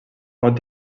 pot